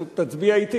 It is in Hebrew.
אז תצביע אתי.